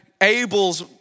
Abel's